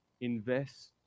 invest